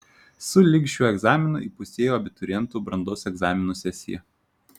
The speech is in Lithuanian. su lig šiuo egzaminu įpusėjo abiturientų brandos egzaminų sesija